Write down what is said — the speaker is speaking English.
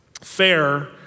fair